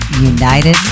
United